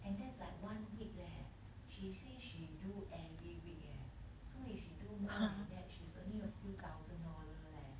and that's like one week leh she say she do every week eh so if she do more than that she's earning a few thousand dollar leh